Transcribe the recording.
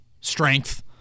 strength